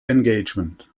engagement